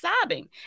sobbing